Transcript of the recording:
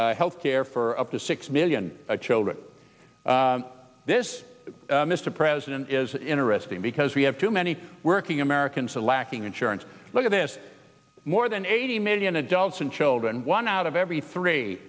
health care for up to six million children this mr president is interesting because we have too many working americans are lacking insurance look at this more than eighty million adults and children one out of every three